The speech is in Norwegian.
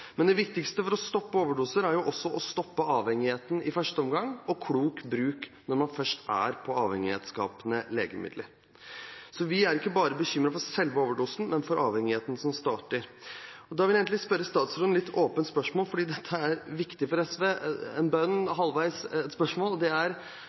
Men det viktigste for å stoppe overdoser er å stoppe avhengigheten i første omgang og klok bruk når man først går på avhengighetsskapende legemidler. Så vi er ikke bare bekymret for selve overdosen, men for avhengigheten som starter. Da vil jeg egentlig stille statsråden et litt åpent spørsmål – en bønn og halvveis et spørsmål – for dette er viktig for SV: